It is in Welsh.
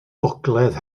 gogledd